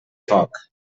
foc